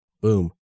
Boom